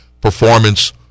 performance